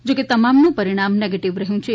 જેકે તમામનુ પરિણામ નેગેટીવ રહ્યુ છે